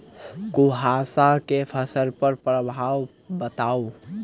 कुहासा केँ फसल पर प्रभाव बताउ?